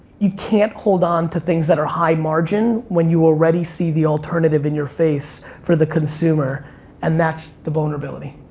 you can't hold onto things that are high margin when you already see the alternative in your face for the consumer and that's the vulnerability.